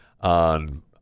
on